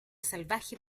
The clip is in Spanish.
salvaje